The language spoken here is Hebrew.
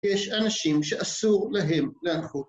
‫יש אנשים שאסור להם לאחות